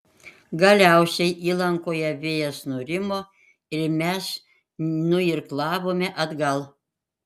galiausiai įlankoje vėjas nurimo ir mes nuirklavome atgal